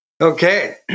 Okay